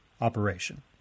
operation